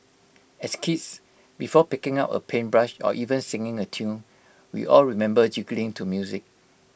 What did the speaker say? as kids before picking up A paintbrush or even singing A tune we all remember jiggling to music